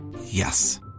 Yes